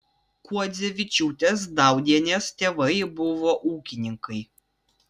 kuodzevičiūtės daudienės tėvai buvo ūkininkai